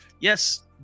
yes